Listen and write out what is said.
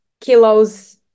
kilos